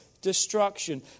destruction